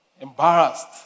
embarrassed